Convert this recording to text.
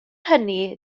hynny